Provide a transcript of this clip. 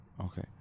Okay